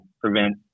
prevent